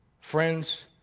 Friends